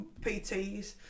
PTs